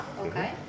okay